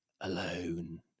alone